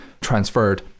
transferred